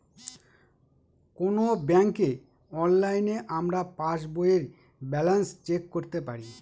কোনো ব্যাঙ্কে অনলাইনে আমরা পাস বইয়ের ব্যালান্স চেক করতে পারি